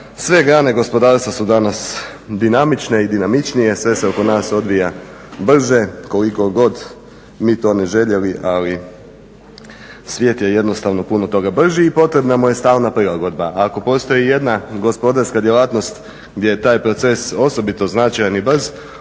Sve grane gospodarstva su danas dinamične i dinamičnije, sve se oko nas odvija brže koliko god mi to ne željeli, ali svijet je jednostavno puno toga brži i potrebna mu je stalna prilagodba. Ako postoji jedna gospodarska djelatnost gdje je taj proces osobito značajan i brz